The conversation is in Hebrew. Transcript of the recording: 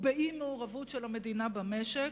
ובאי-מעורבות של המדינה במשק,